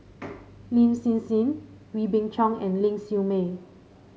Lin Hsin Hsin Wee Beng Chong and Ling Siew May